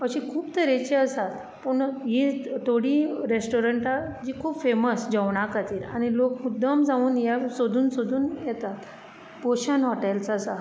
अशीं खूब तरेचीं आसात पूण हीं थोडी रॅस्टॉरंटां जीं खूब फेमस जेवणा खातीर आनी लोक मुद्दम जावन ह्या सोदून सोदून येतात पोशन होटॅल्स आसा